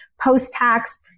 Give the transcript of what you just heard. post-tax